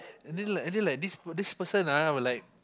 and then like and then like this person ah will like